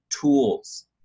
tools